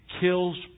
kills